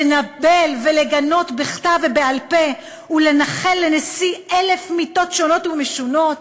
לנבל ולגנות בכתב ובעל-פה ולאחל לנשיא אלף מיתות שונות ומשונות?